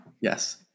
Yes